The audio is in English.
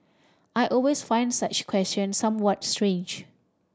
I always find such questions somewhat strange